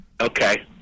Okay